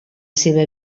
seva